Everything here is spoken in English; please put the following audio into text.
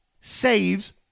saves